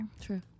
True